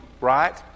right